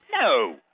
No